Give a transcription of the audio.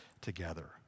together